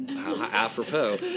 apropos